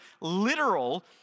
literal